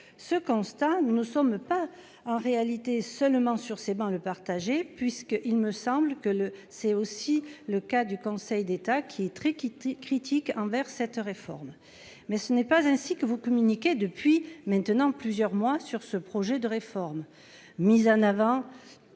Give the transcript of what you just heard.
ce constat, nous ne sommes pas en réalité seulement sur ces bancs le partager, puisque il me semble que le. C'est aussi le cas du Conseil d'État qui est très qui critique envers cette réforme mais ce n'est pas ainsi que vous communiquez depuis maintenant plusieurs mois sur ce projet de réforme mise en avant